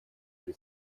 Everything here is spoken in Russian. при